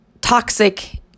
toxic